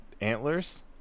antlers